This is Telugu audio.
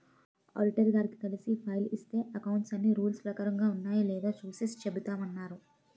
ఆడిటర్ గారిని కలిసి ఫైల్ ఇస్తే అకౌంట్స్ అన్నీ రూల్స్ ప్రకారం ఉన్నాయో లేదో చూసి చెబుతామన్నారు